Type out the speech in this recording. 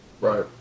Right